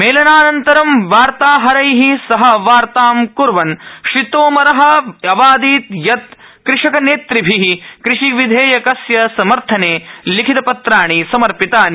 मेलनानन्तरं वार्ताहरै सह वार्ता क्वन् श्रीतोमर अवादीत् यत् कृषकनेतृभि कृषिविधेयकस्य सर्मथने लिखितपत्राणि समर्पितानि